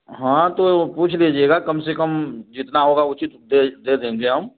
हाँ तो पूछ लीजिएगा कम से कम जितना होगा उचित दे देंगे हम